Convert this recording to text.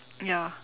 ya